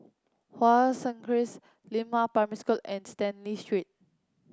Hua Crescent Lianhua Primary School and Stanley Street